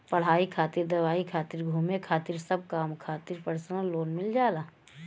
पढ़ाई खातिर दवाई खातिर घुमे खातिर सब काम खातिर परसनल लोन मिल जाला